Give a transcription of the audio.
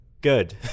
Good